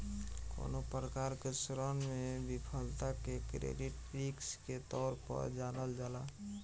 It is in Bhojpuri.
कवनो प्रकार के ऋण में विफलता के क्रेडिट रिस्क के तौर पर जानल जाला